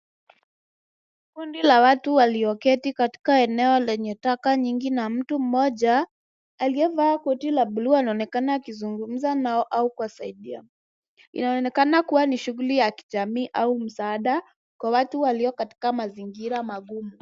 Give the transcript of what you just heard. Kundi la watu walioketi katika eneo lenye taka nyingi, na mtu mmoja aliyevaa koti la blue anaonekana akizungumza nao au kuwasaidia. Inaonekana kua ni shughuli ya kijamii au msaada kwa watu walio katika mazingira magumu.